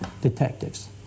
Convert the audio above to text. detectives